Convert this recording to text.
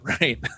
right